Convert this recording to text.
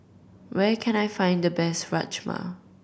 where can I find the best Rajma